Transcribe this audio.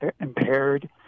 impaired